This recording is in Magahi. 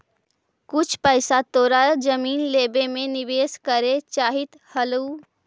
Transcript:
कुछ पइसा तोरा जमीन लेवे में निवेश करे चाहित हलउ